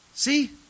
See